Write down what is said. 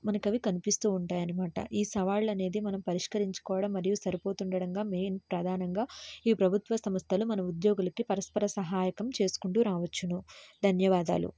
మనకవి కనిపిస్తూ ఉంటాయి అనమాట ఈ సవాళ్ళు అనేది మనం పరిష్కరించుకోవడం మరియు సరిపోతుండడంగా మెయిన్ ప్రధానంగా ఈ ప్రభుత్వ సంస్థలు మన ఉద్యోగులకి పరస్పర సహాయం చేసుకుంటూ రావచ్చును ధన్యవాదాలు